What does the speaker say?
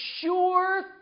sure